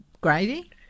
Grady